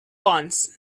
once